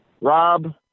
Rob